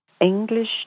English